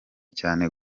cyane